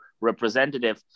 representative